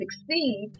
succeed